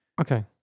Okay